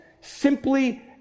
simply